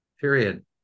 period